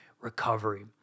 recovery